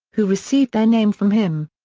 who received their name from him.